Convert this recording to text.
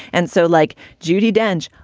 and so, like judi dench,